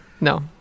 no